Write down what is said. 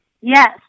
Yes